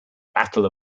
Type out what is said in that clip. battle